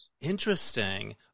Interesting